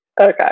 Okay